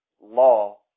law